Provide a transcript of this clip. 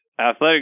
athletic